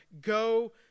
go